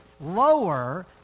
Lower